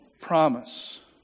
promise